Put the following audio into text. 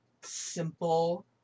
simple